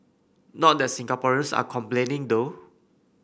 not that Singaporeans are complaining though